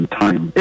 time